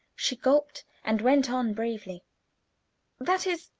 she gulped and went on bravely that is,